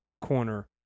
corner